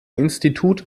institut